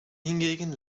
hingegen